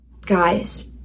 guys